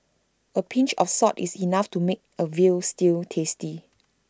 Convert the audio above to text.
A pinch of salt is enough to make A Veal Stew tasty